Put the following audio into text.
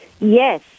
Yes